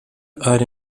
are